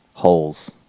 Holes